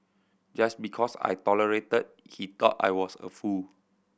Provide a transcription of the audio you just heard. just because I tolerated he thought I was a fool